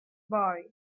boy